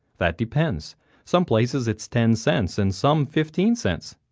that depends some places it is ten cents and some fifteen cents.